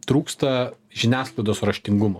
trūksta žiniasklaidos raštingumo